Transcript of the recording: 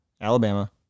Alabama